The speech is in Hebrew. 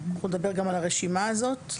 אנחנו נדבר גם על הרשימה הזאת.